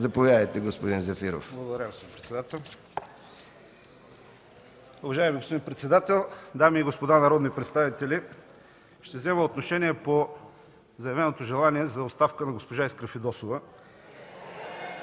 Зафиров. АТАНАС ЗАФИРОВ (КБ): Благодаря, господин председател. Уважаеми господин председател, дами и господа народни представители, ще взема отношение по заявеното желание за оставка на госпожа Искра Фидосова.